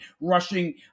rushing